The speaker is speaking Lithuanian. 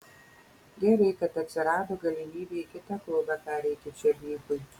gerai kad atsirado galimybė į kitą klubą pereiti černychui